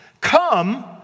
come